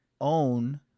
own